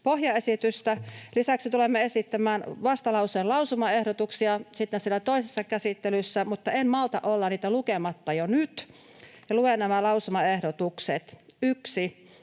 pohjaesitystä. Lisäksi tulemme esittämään vastalauseen lausumaehdotuksia sitten toisessa käsittelyssä, mutta en malta olla niitä lukematta jo nyt. Luen nämä lausumaehdotukset: ”1.